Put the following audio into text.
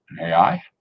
AI